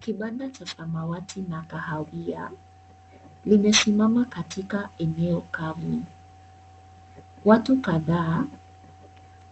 Kibanda cha samawati na kahawia kimesimama katika eneo kavu ,watu kadhaa